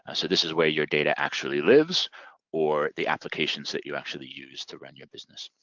ah so this is where your data actually lives or the applications that you actually use to run your business.